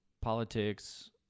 Politics